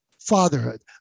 fatherhood